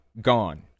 Gone